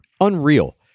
unreal